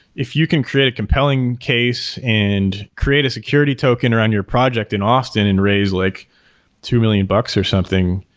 if you can create a compelling case and create a security token around your project in austin and raise like two million bucks or something,